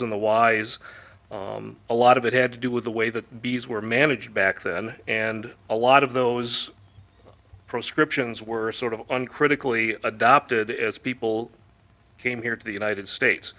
g the wise a lot of it had to do with the way that bees were managed back then and a lot of those prescriptions were sort of uncritically adopted as people came here to the united states